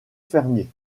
fermier